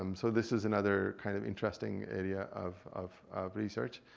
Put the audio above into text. um so this is another kind of interesting area of of research.